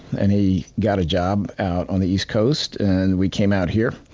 and he got a job out on the east coast. and we came out here.